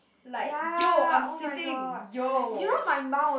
like yo I'm seating yo